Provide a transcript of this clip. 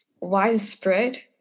widespread